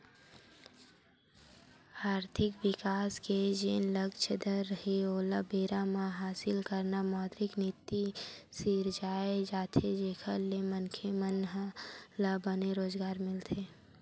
आरथिक बिकास के जेन लक्छ दर हे ओला बेरा म हासिल करना मौद्रिक नीति सिरजाये जाथे जेखर ले मनखे मन ल बने रोजगार मिलय